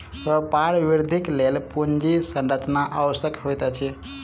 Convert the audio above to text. व्यापार वृद्धिक लेल पूंजी संरचना आवश्यक होइत अछि